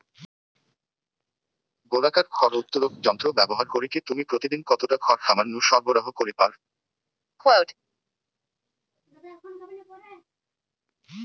গোলাকার খড় উত্তোলক যন্ত্র ব্যবহার করিকি তুমি প্রতিদিন কতটা খড় খামার নু সরবরাহ করি পার?